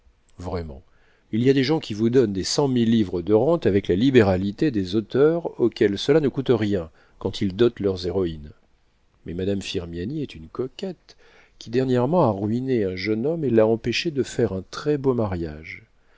vraiment il y a des gens qui vous donnent des cent mille livres de rente avec la libéralité des auteurs auxquels cela ne coûte rien quand ils dotent leurs héroïnes mais madame firmiani est une coquette qui dernièrement a ruiné un jeune homme et l'a empêché de faire un très-beau mariage